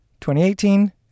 2018